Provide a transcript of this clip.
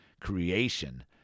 creation